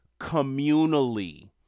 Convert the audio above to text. communally